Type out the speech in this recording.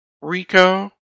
Rico